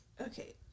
Okay